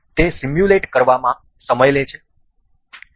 તે સિમ્યુલેટ કરવામાં સમય લે છે